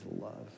love